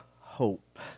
hope